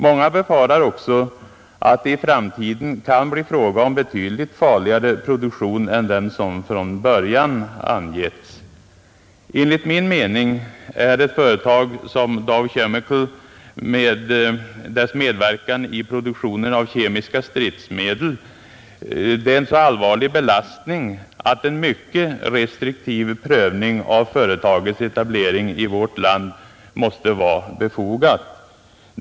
Många befarar också att det i framtiden kan bli fråga om betydligt farligare produktion än den som från början angetts. Enligt min mening är ett företag som Dow Chemical, med dess medverkan i produktionen av kemiska stridsmedel, en så allvarlig belastning att en mycket restriktiv prövning av företagets etablering i vårt land måste vara befogad.